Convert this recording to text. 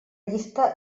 llista